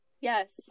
Yes